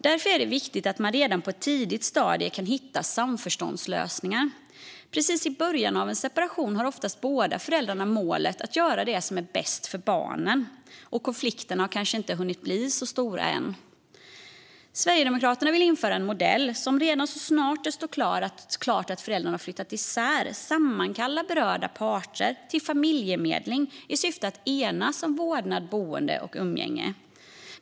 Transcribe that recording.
Därför är det viktigt att man redan på ett tidigt stadium kan hitta samförståndslösningar. Precis i början av en separation har ofta båda föräldrarna målet att göra det som är bäst för barnet, och konflikterna har kanske inte hunnit bli så stora än. Sverigedemokraterna vill införa en modell som redan så snart det står klart att föräldrarna flyttat isär sammankallar berörda parter till familjemedling i syfte att enas om vårdnad, boende och umgänge.